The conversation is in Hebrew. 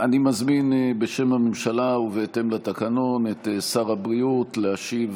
אני מזמין בשם הממשלה ובהתאם לתקנון את שר הבריאות להשיב,